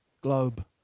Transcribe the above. globe